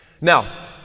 Now